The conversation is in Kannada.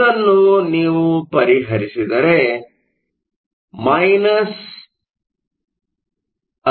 ಇದನ್ನು ನೀವು ಪರಿಹರಿಸಿದರೆ 13